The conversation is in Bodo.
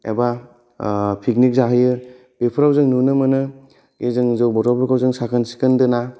एबा पिकनिक जाहैयो बेफोराव जों नुनो मोनो कि जोङो जौ बथलफोरखौ साखोन सिखोन दोना